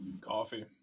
Coffee